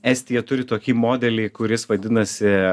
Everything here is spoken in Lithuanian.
estija turi tokį modelį kuris vadinasi